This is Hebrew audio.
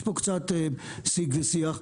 יש פה קצת סיג ושיח.